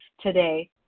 today